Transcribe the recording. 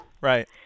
right